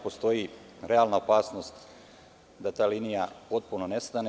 Postoji realna opasnost da ta linija potpuno nestane.